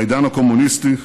בעידן הקומוניסטי,